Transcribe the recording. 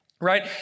right